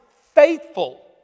faithful